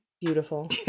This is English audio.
Beautiful